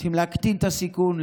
צריכים להקטין את הסיכון,